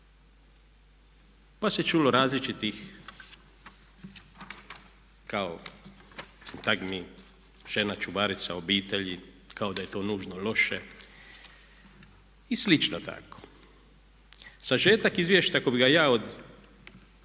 Pa se čulo različitih kao sintagmi žena čuvarica obitelji kao da je to nužno loše i slično tako. Sažetak izvješća ako bih ga ja